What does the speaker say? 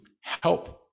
help